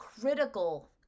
critical